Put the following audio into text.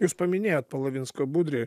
jūs paminėjot palavinską budrį